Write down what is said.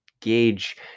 gauge